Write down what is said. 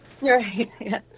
right